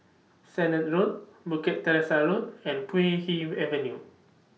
Sennett Road Bukit Teresa Road and Puay Hee Avenue